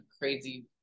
crazy